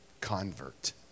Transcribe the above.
convert